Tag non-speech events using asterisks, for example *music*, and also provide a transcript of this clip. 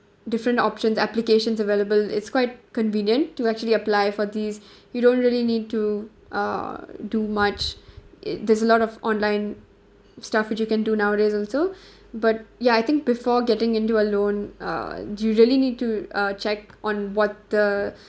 different options applications available it's quite convenient to actually apply for these *breath* you don't really need to uh do much it there's a lot of online stuff which you can do nowadays also *breath* but ya I think before getting into a loan uh you really need to uh check on what the